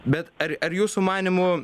bet ar ar jūsų manymu